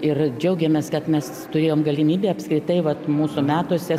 ir džiaugiamės kad mes turėjom galimybę apskritai vat mūsų metuose